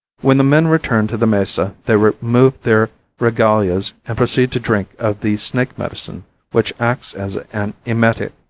when the men return to the mesa they remove their regalias and proceed to drink of the snake medicine which acts as an emetic.